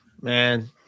man